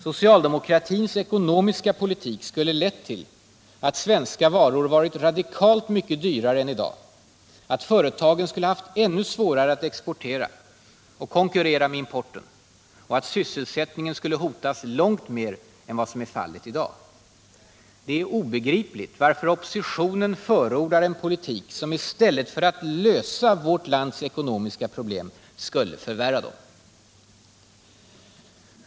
Socialdemokratins ekonomiska politik skulle lett till att svenska varor varit radikalt mycket dyrare än i dag, att företagen skulle haft ännu svårare att exportera och konkurrera med importen och att sysselsättningen skulle hotas långt mer än vad som är fallet i dag. Det är obegripligt varför oppositionen förordar en politik som i stället för att lösa vårt lands ekonomiska problem skulle förvärra dem.